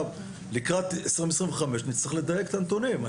לקראת 2025 נצטרך לדייק את הנתונים.